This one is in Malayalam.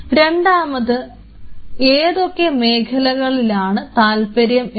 രണ്ടാമത് ഏതൊക്കെ മേഖലകളിലാണ് താല്പര്യം എന്ന്